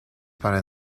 para